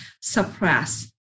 suppress